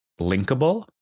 linkable